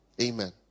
Amen